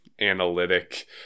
analytic